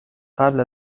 قبل